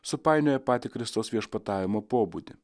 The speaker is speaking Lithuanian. supainioja patį kristaus viešpatavimo pobūdį